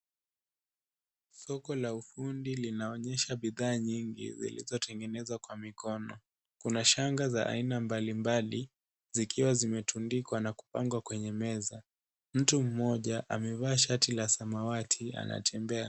Soko la ufundi linaonyesha bidhaa nyingi zilizotengenezwa kwa mikono, kuna shanga za aina mbalimbali zikiwa zimetundikwa na kupangwa kwenye meza, mtu mmoja amevaa shati la samawati anatembea.